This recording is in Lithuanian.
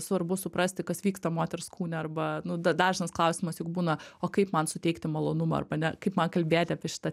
svarbu suprasti kas vyksta moters kūne arba nu da dažnas klausimas juk būna o kaip man suteikti malonumą arba ne kaip man kalbėti apie šitą